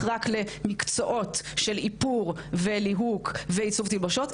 רק למקצועות של איפור וליהוק ועיצוב תלבושות,